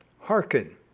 hearken